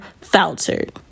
faltered